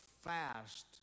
fast